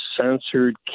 censored